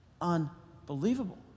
Unbelievable